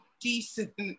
decent